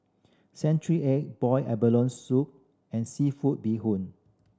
century egg boiled abalone soup and seafood bee hoon